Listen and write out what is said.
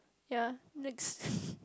ya next